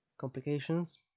complications